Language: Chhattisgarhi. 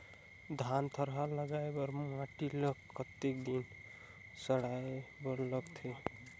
धान थरहा लगाय बर माटी ल कतेक दिन सड़ाय बर लगथे?